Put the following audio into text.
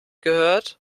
gehört